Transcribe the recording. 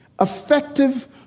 effective